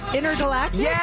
Intergalactic